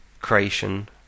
creation